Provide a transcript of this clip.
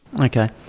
Okay